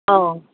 ꯑꯧ